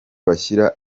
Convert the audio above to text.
bashyira